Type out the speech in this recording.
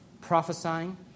Prophesying